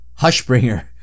Hushbringer